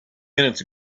minutes